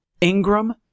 Ingram